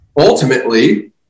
ultimately